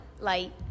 Light